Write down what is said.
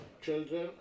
children